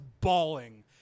bawling